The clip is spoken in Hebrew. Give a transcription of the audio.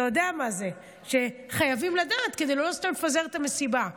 אתה יודע מה זה שחייבים לדעת כדי לא לפזר את המסיבה סתם.